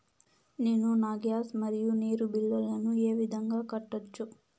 నేను నా గ్యాస్, మరియు నీరు బిల్లులను ఏ విధంగా కట్టొచ్చు?